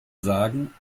sagen